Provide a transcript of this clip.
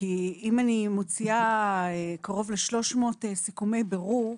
כי אם אני מוציאה קרוב ל-300 סיכומי בירור,